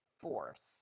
force